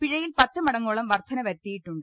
പിഴയിൽ പത്ത് മടങ്ങോളം വർദ്ധന വരുത്തിയിട്ടുണ്ട്